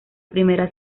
primera